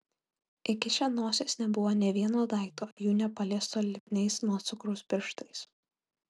įkišę nosies nebuvo nė vieno daikto jų nepaliesto lipniais nuo cukraus pirštais